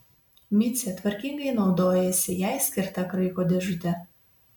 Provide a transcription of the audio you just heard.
micė tvarkingai naudojasi jai skirta kraiko dėžute